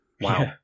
Wow